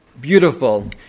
beautiful